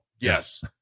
Yes